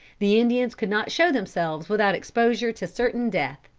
the indians could not show themselves without exposure to certain death.